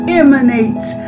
emanates